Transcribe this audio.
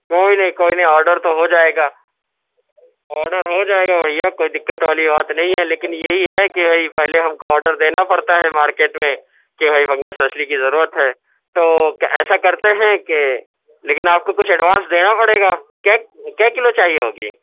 کوئی نہیں کوئی نہیں آڈر تو ہو جائے گا آڈر ہو جائے گا بھیا کوئی دقت والی بات نہیں ہے لیکن یہی ہے کہ بھائی پہلے ہم کو آڈر دینا پڑتا ہے مارکیٹ میں کہ بھائی پنگس مچھلی کی ضرورت ہے تو ایسا کرتے ہیں کہ لیکن آپ کو کچھ اڈوانس دینا پڑے گا کیا کَیا کلو چاہیے ہوگی